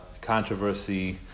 controversy